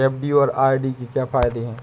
FD और RD के क्या फायदे हैं?